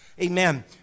Amen